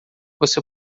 você